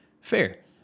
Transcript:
Fair